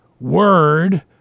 word